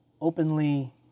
openly